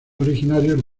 originarios